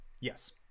Yes